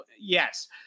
Yes